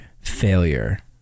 failure